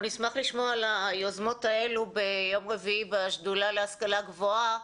אנחנו נשמח לשמוע על היוזמות האלה ביום רביעי בשדולה להשכלה גבוהה,